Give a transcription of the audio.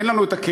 אין לנו הכלים,